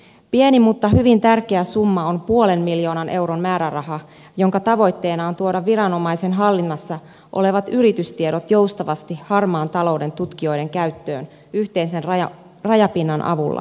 pieni mutta hyvin tärkeä summa on puolen miljoonan euron määräraha jonka tavoitteena on tuoda viranomaisen hallinnassa olevat yritystiedot joustavasti harmaan talouden tutkijoiden käyttöön yhteisen rajapinnan avulla